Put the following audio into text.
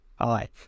Hi